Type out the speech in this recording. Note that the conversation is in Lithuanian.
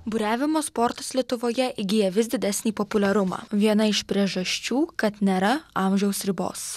buriavimo sportas lietuvoje įgyja vis didesnį populiarumą viena iš priežasčių kad nėra amžiaus ribos